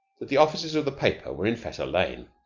that the offices of the paper were in fetter lane.